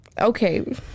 okay